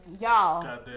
y'all